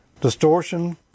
distortion